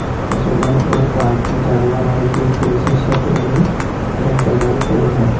पशुधन उ पालतू जानवर हइ जे कृषि क्षेत्र में श्रम प्रदान करो हइ